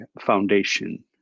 foundation